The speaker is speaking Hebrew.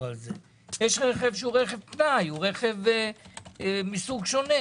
ויש רכב שהוא רכב פנאי, רכב מסוג שונה.